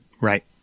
Right